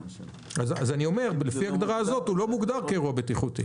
לפי ההגדרה הזאת, הוא לא מוגדר כאירוע בטיחותי.